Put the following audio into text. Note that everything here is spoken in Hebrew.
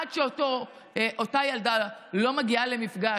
עד שאותה ילדה לא מגיעה למפגש,